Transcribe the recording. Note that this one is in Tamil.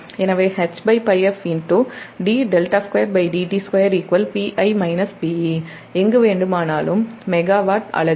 எனவே Hπf Pi Pe எங்கு வேண்டுமானா லும் மெகாவாட் அலகு